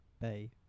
Bay